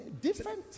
Different